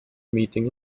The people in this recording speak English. meeting